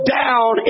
down